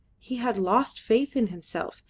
he had lost faith in himself,